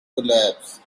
collapse